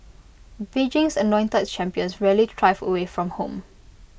Beijing's anointed champions rarely thrive away from home